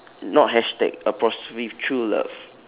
not hashtag apostrophe true love